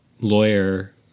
lawyer